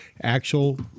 actual